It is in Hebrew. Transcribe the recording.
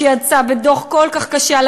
שיצא בדוח כל כך קשה על